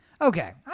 Okay